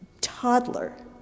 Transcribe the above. toddler